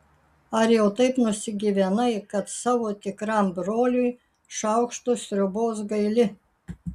ar jau taip nusigyvenai kad savo tikram broliui šaukšto sriubos gaili